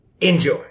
Enjoy